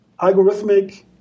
algorithmic